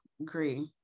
agree